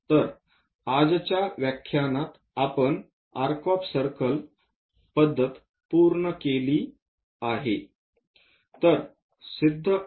तर आजच्या व्याख्यानात आपण आर्क ऑफ सर्कल पद्धत पूर्ण केली आहे